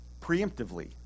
preemptively